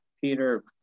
Peter